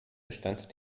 bestand